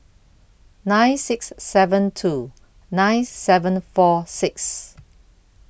nine six seven two nine seven four six